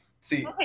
see